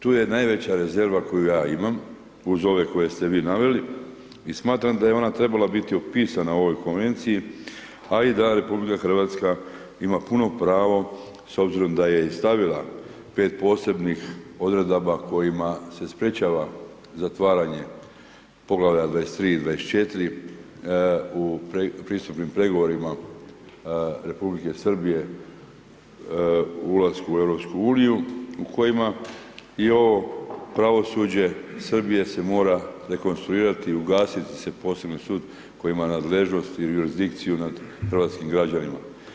Tu je najveća rezerva koju ja imam, uz ove koje st vi naveli i smatram da je ona trebala biti opisana u ovoj Konvenciji, a i da RH ima puno pravo, s obzirom da je i stavila 5 posebnih odredaba kojima se sprečavanje zatvaranje poglavlja 23. i 24. u pristupnim pregovorima Republike Srbije ulasku u EU u kojima i ovo pravosuđe Srbije se mora rekonstruirati, ugasiti se posebni sud koji ima nadležnosti i jurisdikciju nad hrvatskim građanima.